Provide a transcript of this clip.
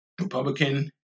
Republican